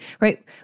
right